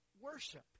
worship